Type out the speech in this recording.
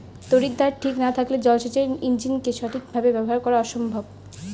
তড়িৎদ্বার ঠিক না থাকলে জল সেচের ইণ্জিনকে সঠিক ভাবে ব্যবহার করা অসম্ভব